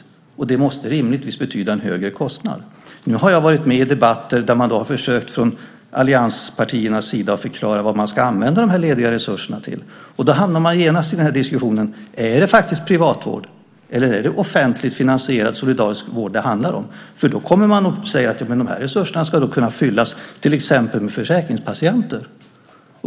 Det i sin tur måste rimligtvis innebära en högre kostnad. Jag har deltagit i debatter där man från allianspartiernas sida försökt förklara vad de lediga resurserna ska användas till. Då hamnar vi genast i diskussionen om det är privat vård eller offentligt finansierad solidarisk vård som det handlar om. Sedan kommer man säkert att säga att resurserna ska kunna fyllas till exempel med försäkringspatienter.